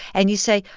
and you say,